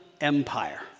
Empire